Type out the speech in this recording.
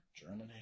Germany